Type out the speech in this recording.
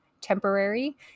temporary